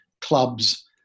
clubs